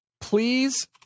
Please